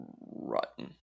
rotten